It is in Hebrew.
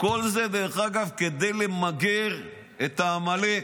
כל זה כדי למגר את עמלק,